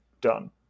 done